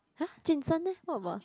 !huh! Jun sheng leh what about